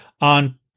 On